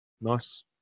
Nice